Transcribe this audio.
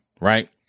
Right